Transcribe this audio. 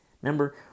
Remember